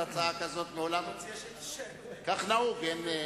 הצעת חוק לזכרו של רחבעם זאבי (תיקון,